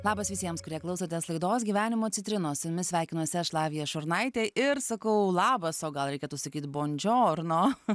labas visiems kurie klausotės laidos gyvenimo citrinos su jumis sveikinuosi aš lavija šurnaitė ir sakau labas o gal reikėtų sakyti bon džiorno